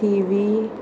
थिवी